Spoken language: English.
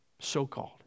so-called